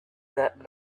that